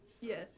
Yes